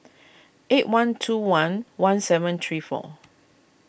eight one two one one seven three four